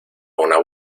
una